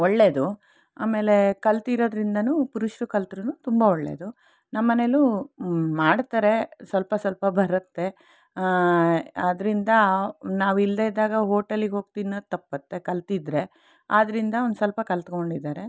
ಒಳ್ಳೆಯದು ಆಮೇಲೆ ಕಲ್ತಿರೋದ್ರಿಂದನೂ ಪುರುಷರು ಕಲ್ತ್ರೂ ತುಂಬ ಒಳ್ಳೆಯದು ನಮ್ಮನೆಯಲ್ಲೂ ಮಾಡ್ತಾರೆ ಸ್ವಲ್ಪ ಸ್ವಲ್ಪ ಬರತ್ತೆ ಆದ್ದರಿಂದ ನಾವಿಲ್ಲದೆ ಇದ್ದಾಗ ಹೋಟೆಲಿಗೆ ಹೋಗಿ ತಿನ್ನೋದು ತಪ್ಪತ್ತೆ ಕಲ್ತಿದ್ರೆ ಆದ್ದರಿಂದ ಒಂದು ಸ್ವಲ್ಪ ಕಲ್ತ್ಕೊಂಡಿದಾರೆ